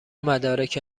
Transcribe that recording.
مدارک